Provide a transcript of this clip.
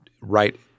right-